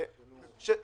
תן לו.